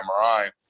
MRI